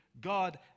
God